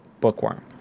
Bookworm